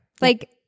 Like-